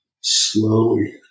slowly